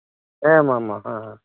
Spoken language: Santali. ᱦᱮᱸ ᱢᱟ ᱢᱟ ᱦᱮᱸ